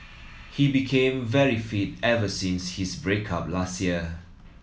he became very fit ever since his break up last year